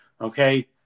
Okay